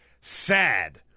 Sad